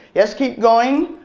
yes, keep going.